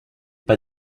pas